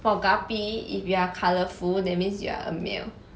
for guppy if you are colourful that means you are a male